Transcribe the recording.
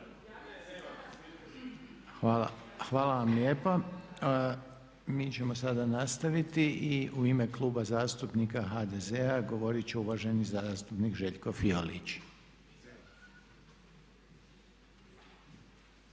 Hvala vam lijepa. Mi ćemo sada nastaviti i u ime Kluba zastupnika HDZ-a govorit će uvaženi zastupnik Željko Fiolić.